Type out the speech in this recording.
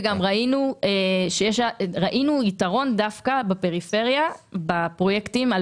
גם ראינו יתרון דווקא בפרויקטים בפריפריה על